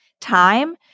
time